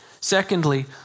Secondly